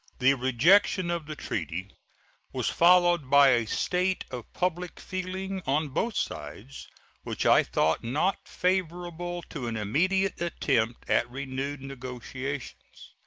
the rejection of the treaty was followed by a state of public feeling on both sides which i thought not favorable to an immediate attempt at renewed negotiations.